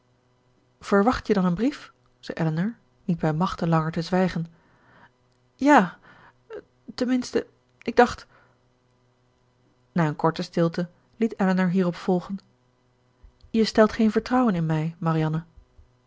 verwacht je dan een brief zei elinor niet bij machte langer te zwijgen ja ten minste ik dacht na een korte stilte liet elinor hierop volgen je stelt geen vertrouwen in mij marianne